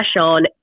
on